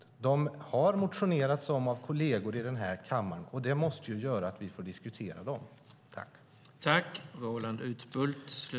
Kolleger har motionerat om dessa frågor i kammaren, och då måste vi få diskutera frågorna.